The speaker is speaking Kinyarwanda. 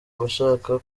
bashaka